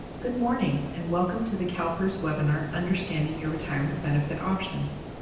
good morning and welcome to the calpers webinar understanding your retirement benefit options.